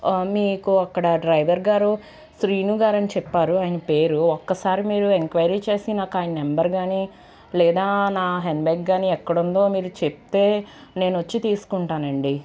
మీకు అక్కడ డ్రైవర్గారు శ్రీనుగారని చెప్పారు ఆయన పేరు ఒక్కసారి మీరు ఎంక్వయిరీ చేసి నాకాయన నెంబరుగాని లేదా నా హ్యాండ్బ్యాగ్ కాని ఎక్కడుందో మీరు చెప్తే నేనొచ్చి తీసుకుంటానండి